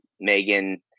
Megan